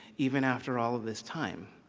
even after all of this time.